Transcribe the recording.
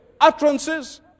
utterances